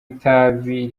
itabi